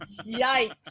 Yikes